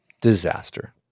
Disaster